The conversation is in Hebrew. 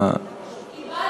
איבדנו הסתייגות.